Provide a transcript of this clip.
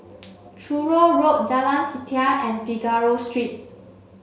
Truro Road Jalan Setia and Figaro Street